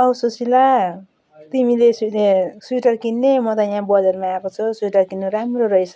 औ सुसिला तिमीले सुने स्विटर किन्ने म त यहाँ बजारमा आएको छु स्विटर किन्नु राम्रो रहेछ